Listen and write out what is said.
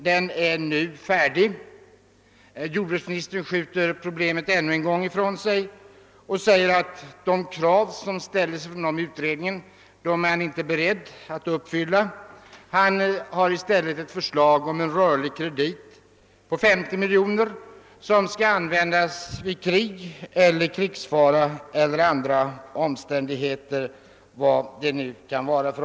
Denna har nu slutfört sitt arbete, men jordbruksministern skjuter ännu en gång problemet ifrån sig och säger att han inte är beredd att uppfylla de krav som har ställts av utredningen. Han föreslår i stället en rörlig kredit på 50 miljoner kronor som skall användas vid krig, krigsfara eller andra omständigheter — vilka dessa nu kan vara.